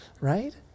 right